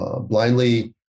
blindly